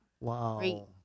Wow